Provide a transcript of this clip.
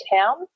town